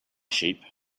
sheep